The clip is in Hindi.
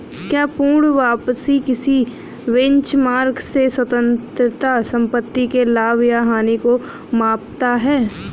क्या पूर्ण वापसी किसी बेंचमार्क से स्वतंत्र संपत्ति के लाभ या हानि को मापता है?